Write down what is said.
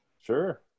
Sure